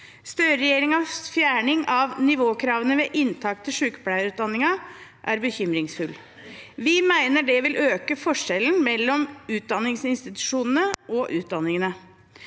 Støre-regjeringens fjerning av nivåkravene ved inntak til sykepleierutdanningen er bekymringsfull. Vi mener det vil øke forskjellene mellom utdanningsinstitusjonene og utdanningene.